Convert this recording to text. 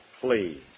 please